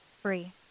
free